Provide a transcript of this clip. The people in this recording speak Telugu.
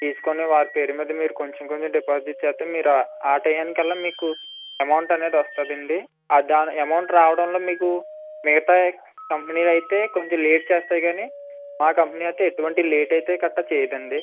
తీసుకుని వారి పేరు మీద మీరు కొంచెం కొంచెం డిపాజిట్ చేస్తే మీరు ఆ టయానికల్లా మీకు అమౌంట్ అనేది వస్తుంది అండి దాని అమౌంట్ రావడంలో మీకు మిగతా కంపెనీలు అయితే కొంచెం లేట్ చేస్తాయి కానీ మా కంపెనీ అయితే ఎటువంటి లేట్ అయితే గట్రా చేయదు అండి